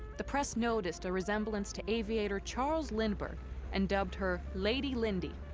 the press noticed a resemblance to aviator charles lindbergh and dubbed her lady lindy,